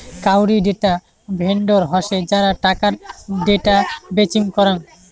কাউরী data vendor হসে যারা টাকার ডেটা বেচিম করাং